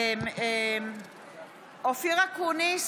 אופיר אקוניס,